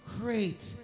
great